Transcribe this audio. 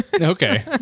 Okay